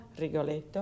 Rigoletto